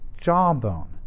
jawbone